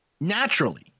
Naturally